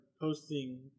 posting